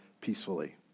peacefully